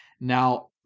Now